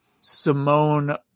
Simone